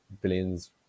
billions